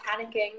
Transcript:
panicking